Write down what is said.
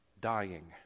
dying